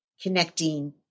connecting